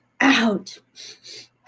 Out